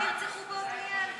כמה אנשים נרצחו בעתניאל?